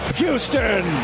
Houston